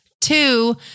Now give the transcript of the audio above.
Two